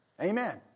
Amen